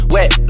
Wet